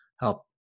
help